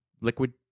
Liquid